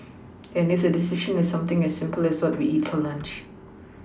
even if the decision is something as simple as what to eat for lunch